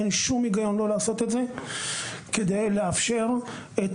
אין שום היגיון לא לעשות את זה כדי לאפשר את